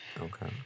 Okay